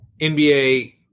nba